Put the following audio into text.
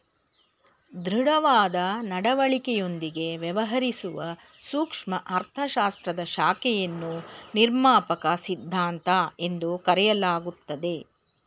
ದೃಢವಾದ ನಡವಳಿಕೆಯೊಂದಿಗೆ ವ್ಯವಹರಿಸುವ ಸೂಕ್ಷ್ಮ ಅರ್ಥಶಾಸ್ತ್ರದ ಶಾಖೆಯನ್ನು ನಿರ್ಮಾಪಕ ಸಿದ್ಧಾಂತ ಎಂದು ಕರೆಯಲಾಗುತ್ತದೆ